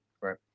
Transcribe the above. right